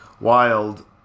wild